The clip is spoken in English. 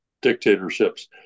dictatorships